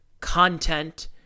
content